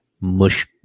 mush